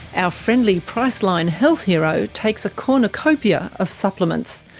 our friendly priceline health hero takes a cornucopia of supplements,